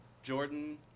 Jordan